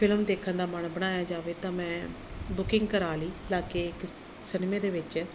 film ਦੇਖਣ ਦਾ ਮਨ ਬਣਾਇਆ ਜਾਵੇ ਤਾਂ ਮੈਂ ਬੁਕਿੰਗ ਕਰਾ ਲਈ ਲਾਗੇ ਇੱਕ ਸਿਨਿਮੇ ਦੇ ਵਿੱਚ